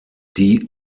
die